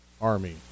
army